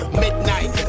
midnight